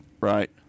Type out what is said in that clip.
Right